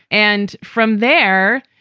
and from there,